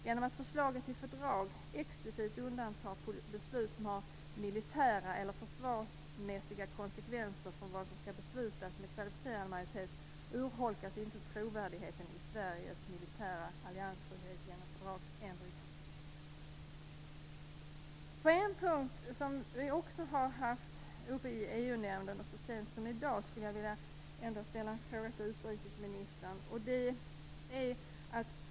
Genom att förslaget till fördrag explicit undantar beslut som har militära eller försvarsmässiga konsekvenser från vad som skall beslutas med kvalificerad majoritet urholkas inte trovärdigheten i Sveriges militära alliansfrihet genom fördragsändringen. På en punkt som vi har haft uppe i EU-nämnden så sent som i dag vill jag ställa en fråga till utrikesministern.